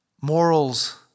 morals